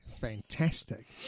fantastic